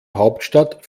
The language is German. hauptstadt